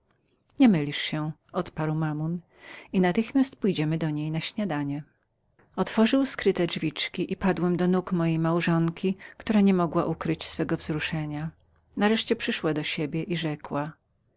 nie mylisz się odparł mammon i natychmiast pójdziemy do niej na śniadanie otworzył skryte drzwiczki i padłem do nóg mojej małżonki która nie mogła ukryć swego wzruszenia nareszcie przyszła do siebie i rzekła